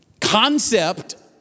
concept